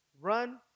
Run